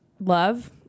love